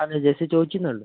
അതെ ജസ്റ്റ് ചോദിച്ചെന്നേ ഉള്ളൂ